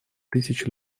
тысяч